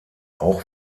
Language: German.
auch